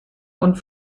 und